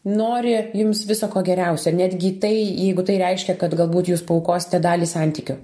nori jums viso ko geriausio netgi tai jeigu tai reiškia kad galbūt jūs paaukosite dalį santykių